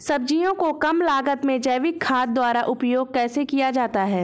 सब्जियों को कम लागत में जैविक खाद द्वारा उपयोग कैसे किया जाता है?